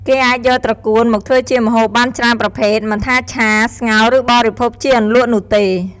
គេអាចយកត្រកួនមកធ្វើជាម្ហូបបានច្រើនប្រភេទ មិនថាឆា ស្ងោរ ឬបរិភោគជាអន្លក់នោះទេ។